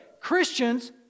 Christians